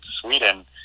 Sweden